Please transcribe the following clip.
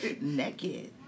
Naked